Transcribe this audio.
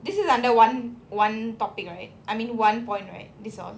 this is under one one topic right I mean one point right this all